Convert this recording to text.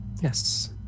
Yes